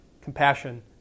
compassion